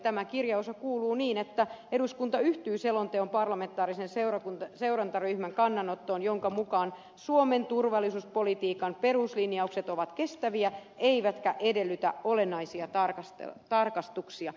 tämä kirjaushan kuuluu niin että eduskunta yhtyy selonteon parlamentaarisen seurantaryhmän kannanottoon jonka mukaan suomen turvallisuuspolitiikan peruslinjaukset ovat kestäviä eivätkä edellytä olennaisia tarkistuksia